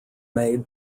made